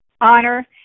honor